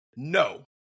no